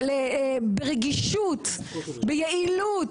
ברגישות, ביעילות.